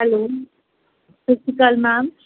hello ਸਤਿ ਸ਼੍ਰੀ ਅਕਾਲ ਮੈਮ